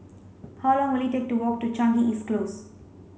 how long will it take to walk to Changi East Close